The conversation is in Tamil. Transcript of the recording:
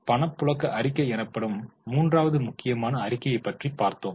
பணப்புழக்க அறிக்கை எனப்படும் மூன்றாவது முக்கியமான அறிக்கையை பற்றி பார்த்தோம்